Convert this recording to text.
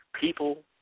people